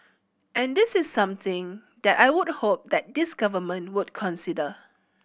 and this is something that I would hope that this Government would consider